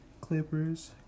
Clippers